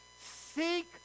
seek